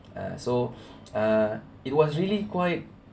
uh so uh it was really quite